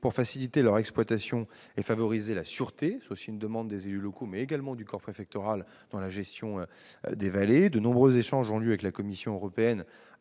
pour faciliter leur exploitation et favoriser la sûreté répond à une demande des élus locaux, mais également du corps préfectoral pour la gestion des vallées. De nombreux échanges ont lieu avec la Commission européenne,